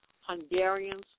Hungarians